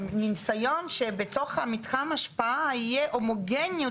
שמניסיון שבתוך מתחם השפעה יהיה הומוגניות